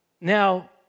Now